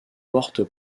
porte